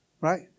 Right